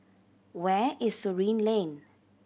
where is Surin Lane